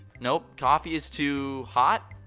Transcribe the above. nope. coffee is too. hot?